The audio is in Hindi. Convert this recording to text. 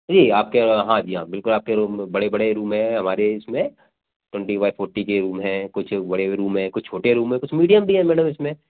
जी आपके हाँ जी हाँ बिलकुल आपके रूम बड़े बड़े रूम हैं हमारे इसमें ट्वेन्टी बाई फौर्टी के रूम हैं कुछ बड़े रूम हैं कुछ छोटे रूम हैं कुछ मीडियम भी हैं मैडम इसमें